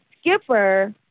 Skipper